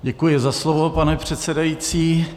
Děkuji za slovo, pane předsedající.